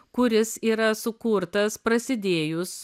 kuris yra sukurtas prasidėjus